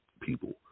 people